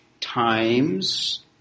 times